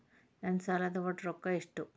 ನನ್ನ ಸಾಲದ ಒಟ್ಟ ರೊಕ್ಕ ಎಷ್ಟು?